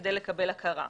כדי לקבל הכרה.